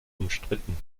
umstritten